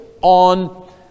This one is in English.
on